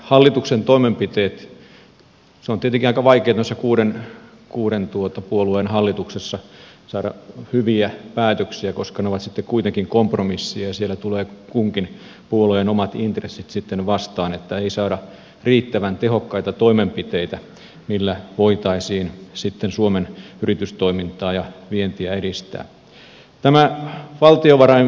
hallituksen toimenpiteiden osalta on tietenkin aika vaikea tuossa kuuden puolueen hallituksessa saada hyviä päätöksiä koska ne ovat sitten kuitenkin kompromisseja ja siellä tulevat kunkin puolueen omat intressit sitten vastaan että ei saada riittävän tehokkaita toimenpiteitä joilla voitaisiin sitten suomen yritystoimintaa ja vientiä edistää